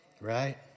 Right